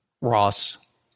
Ross